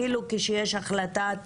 אפילו כשיש החלטת